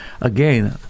Again